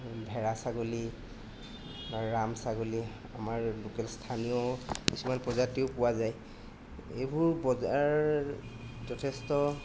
ভেড়া ছাগলী ৰাম ছাগলী আমাৰ লোকেল স্থানীয় কিছুমান প্ৰজাতিও পোৱা যায় এইবোৰ বজাৰ যথেষ্ট